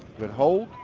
good hold,